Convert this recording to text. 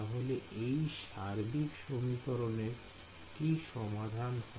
তাহলে এই সার্বিক সমীকরণের কি সমাধান হয়